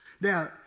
Now